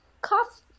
cough